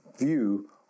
view